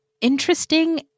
interesting